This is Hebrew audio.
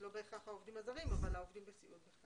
לא בהכרח העובדים הזרים, אבל העובדים בסיעוד.